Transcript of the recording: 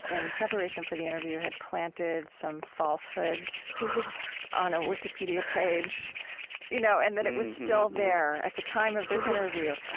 in preparation for the interview, had planted some falsehoods on a wikipedia page you know and that it was still there at the time of this interview.